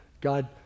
God